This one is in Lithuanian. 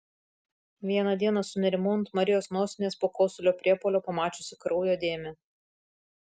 vieną dieną sunerimau ant marijos nosinės po kosulio priepuolio pamačiusi kraujo dėmę